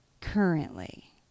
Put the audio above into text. currently